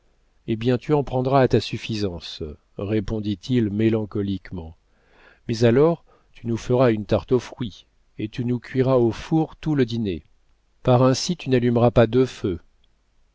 eh bien tu en prendras à ta suffisance répondit-il mélancoliquement mais alors tu nous feras une tarte aux fruits et tu nous cuiras au four tout le dîner par ainsi tu n'allumeras pas deux feux